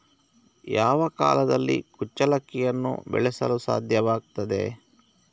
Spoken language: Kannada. ಯಾವ ಕಾಲದಲ್ಲಿ ಕುಚ್ಚಲಕ್ಕಿಯನ್ನು ಬೆಳೆಸಲು ಸಾಧ್ಯವಾಗ್ತದೆ?